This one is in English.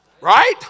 Right